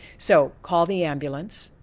so call the ambulance,